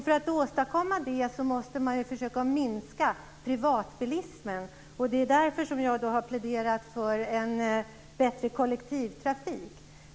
För att åstadkomma detta måste man försöka minska privatbilismen. Jag har därför pläderat för en bättre kollektivtrafik.